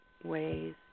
ways